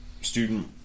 student